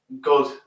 good